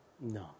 No